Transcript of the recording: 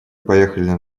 поехали